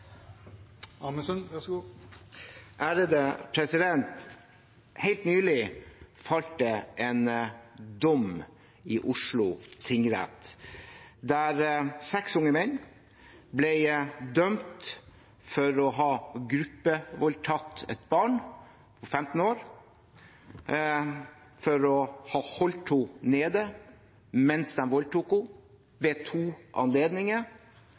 Helt nylig falt det en dom i Oslo tingrett der seks unge menn ble dømt for å ha gruppevoldtatt et barn på 15 år og for å ha holdt henne nede mens de voldtok henne, ved to anledninger.